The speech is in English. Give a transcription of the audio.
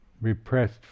repressed